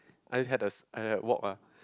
I had a I had a walk ah